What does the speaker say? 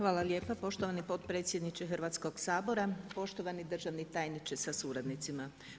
Hvala lijepa poštovani potpredsjedniče Hrvatskog sabora, poštovani državni tajniče sa suradnicima.